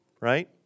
right